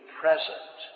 present